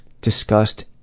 discussed